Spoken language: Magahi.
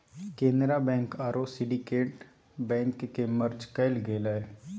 केनरा बैंक आरो सिंडिकेट बैंक के मर्ज कइल गेलय